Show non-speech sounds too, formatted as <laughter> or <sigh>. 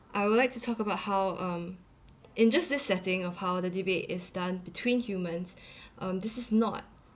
I would like to talk about how um in just this setting of how the debate is done between humans <breath> um this is not